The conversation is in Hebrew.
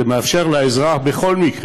זה מאפשר לאזרח, בכל מקרה,